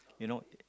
you know